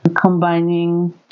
combining